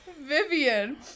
Vivian